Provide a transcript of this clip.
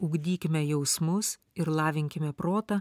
ugdykime jausmus ir lavinkime protą